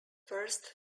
first